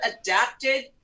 adapted